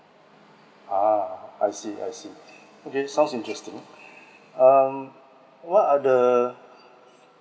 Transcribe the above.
ah I see I see okay sounds interesting um what are the